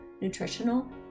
nutritional